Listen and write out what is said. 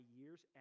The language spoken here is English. year's